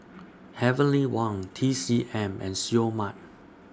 Heavenly Wang T C M and Seoul Mart